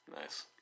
Nice